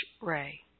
ray